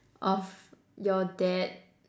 of your dad